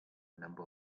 number